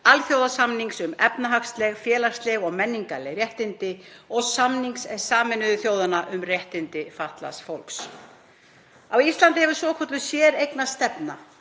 alþjóðasamnings um efnahagsleg, félagsleg og menningarleg réttindi og samnings Sameinuðu þjóðanna um réttindi fatlaðs fólks. Á Íslandi hefur svokölluð séreignarstefna